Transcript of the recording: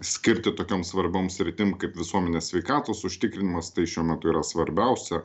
skirti tokioms svarbioms sritim kaip visuomenės sveikatos užtikrinimas tai šiuo metu yra svarbiausia